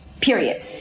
Period